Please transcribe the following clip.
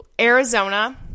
Arizona